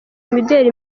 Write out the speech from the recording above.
imideli